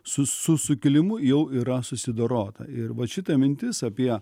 su su sukilimu jau yra susidorota ir vat šita mintis apie